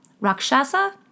Rakshasa